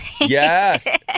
Yes